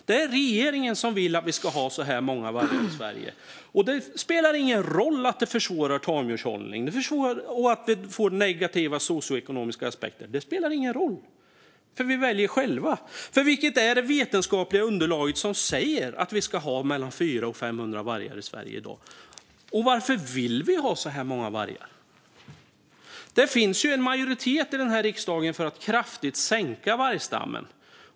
Det är regeringen som vill att vi ska ha så här många vargar i Sverige. Det spelar ingen roll att det försvårar tamdjurshållning och har negativa socioekonomiska aspekter, för vi väljer själva. Vilket är det vetenskapliga underlaget som säger att vi ska ha mellan 400 och 500 vargar i Sverige i dag. Och varför vill vi ha så många vargar? Det finns en majoritet i den här riksdagen för att kraftigt minska vargstammen.